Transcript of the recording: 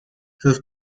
sus